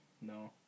No